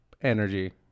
energy